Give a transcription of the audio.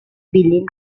billing